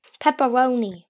Pepperoni